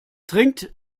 trinkt